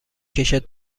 کشد